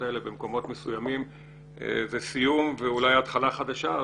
האלה במקומות מסוימים זה סיום ואולי התחלה חדשה.